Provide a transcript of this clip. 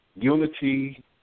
Unity